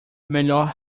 melhor